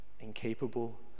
incapable